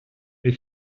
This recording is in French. les